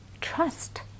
trust